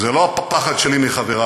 זה לא הפחד שלי מחברי,